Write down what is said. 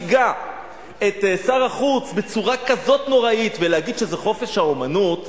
את שר החוץ בצורה כזאת נוראית ולהגיד שזה חופש האמנות,